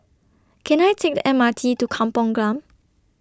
Can I Take The M R T to Kampung Glam